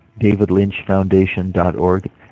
davidlynchfoundation.org